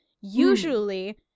Usually